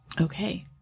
Okay